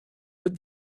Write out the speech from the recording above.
but